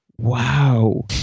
Wow